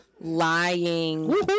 lying